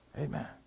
Amen